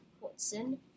Watson